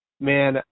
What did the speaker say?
man